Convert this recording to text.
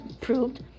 proved